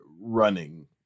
running